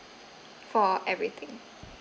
for everything